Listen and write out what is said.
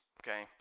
okay